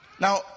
Now